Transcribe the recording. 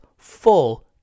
full